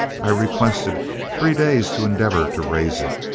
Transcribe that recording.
i requested three days to endeavour to raise it,